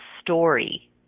story